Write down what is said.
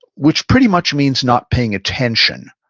which pretty much means not paying attention.